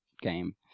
game